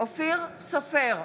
אופיר סופר,